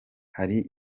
hari